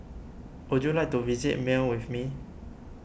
would you like to visit Male with me